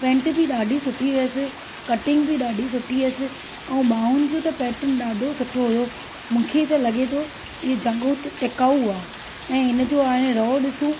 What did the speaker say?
pant बि ॾाढी सुठी हुअसि कटिंग बि ॾाढी सुठी हुअसि ऐं ॿाहुनि जो त पैटन ॾाढो सुठो हुओ मूंखे त लॻे थो इहो जंगो टिकाऊ आहे ऐं हिन जो हाणे रओ ॾिसूं